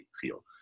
feel